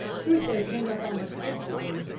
crusoe came up almost instantly,